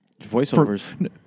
Voiceovers